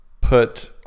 put